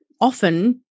often